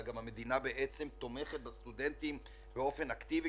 גם המדינה תומכת בסטודנטים באופן אקטיבי